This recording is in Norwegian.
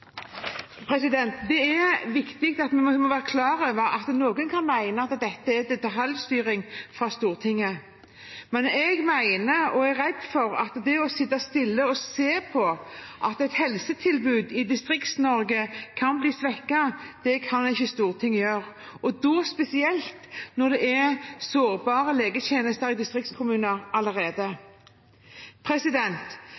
Det er viktig å være klar over at noen kan mene at dette er detaljstyring fra Stortinget, men jeg mener at det å sitte stille og se på at helsetilbudet i Distrikts-Norge kan bli svekket, kan ikke Stortinget gjøre, og spesielt når det er sårbare legetjenester i distriktskommuner